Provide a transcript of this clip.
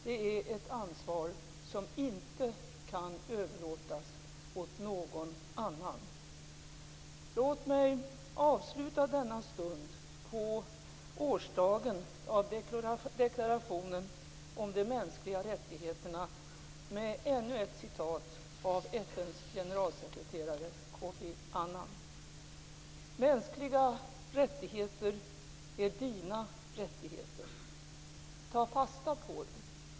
Det är ett ansvar som inte kan överlåtas åt någon annan. Låt mig avsluta denna stund på årsdagen av deklarationen om de mänskliga rättigheterna med ännu ett citat av FN:s generalsekreterare Kofi Annan: "Mänskliga rättigheter är dina rättigheter. Ta fasta på dem.